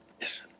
Yes